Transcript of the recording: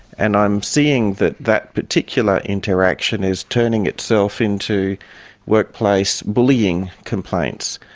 and i am seeing that that particular interaction is turning itself into workplace bullying complaints.